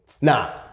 Now